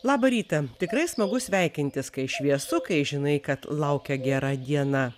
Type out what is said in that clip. labą rytą tikrai smagu sveikintis kai šviesu kai žinai kad laukia gera diena